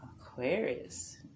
Aquarius